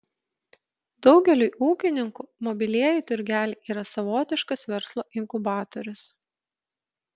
daugeliui ūkininkų mobilieji turgeliai yra savotiškas verslo inkubatorius